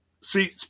See